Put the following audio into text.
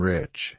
Rich